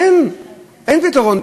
אין פתרון.